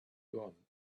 gone